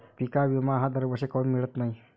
पिका विमा हा दरवर्षी काऊन मिळत न्हाई?